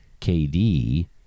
KD